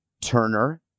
Turner